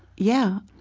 yeah.